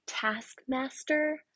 Taskmaster